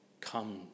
Come